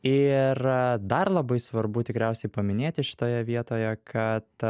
ir dar labai svarbu tikriausiai paminėti šitoje vietoje kad